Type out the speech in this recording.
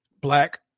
black